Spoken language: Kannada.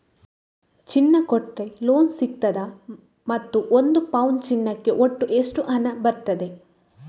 ಚಿನ್ನ ಕೊಟ್ರೆ ಲೋನ್ ಸಿಗ್ತದಾ ಮತ್ತು ಒಂದು ಪೌನು ಚಿನ್ನಕ್ಕೆ ಒಟ್ಟು ಎಷ್ಟು ಹಣ ಬರ್ತದೆ?